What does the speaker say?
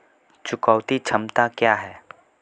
चुकौती क्षमता क्या है?